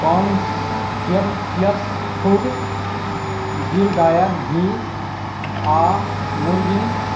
conscious food Gir गायक घी आ मुरगिन्स